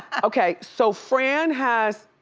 okay, so fran has,